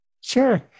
Sure